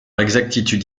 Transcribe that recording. exactitude